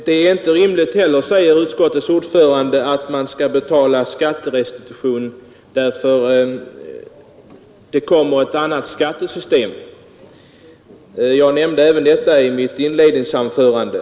Det är inte rimligt, säger utskottets ordförande, att medge skatterestitution därför att det kommer ett nytt skattesystem. Att det kommer ett sådant nämnde jag också i mitt inledningsanförande.